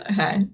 Okay